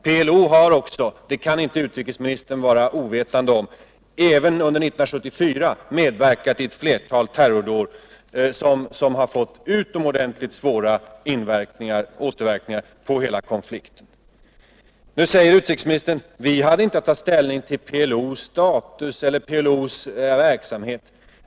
PLO har också, det kan inte utrikesministern vara ovetande om, även under 1974 medverkat i ett flertal terrordåd som har fått utomordentligt svåra återverkningar på hela konflikten. Nu säger utrikesministern: Vi hade inte att ta ställning till PLO:s status eller dess verksamhet.